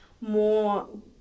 more